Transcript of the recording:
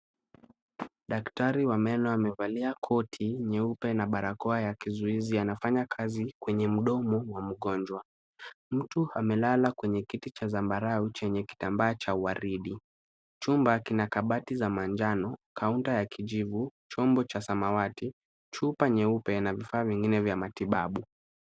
Daktari wa meno amevalia koti nyeupe na barakoa ya kizuizi, anafanya kazi kwenye mdomo wa mgonjwa. Mtu amelala kwenye kiti cha zambarau chenye kitambaa cha uaridi. Chumba kina kabati za manjano, kaunta ya kijivu, chombo cha samawati, chupa nyeupe na vifaa vingine vya matibabu.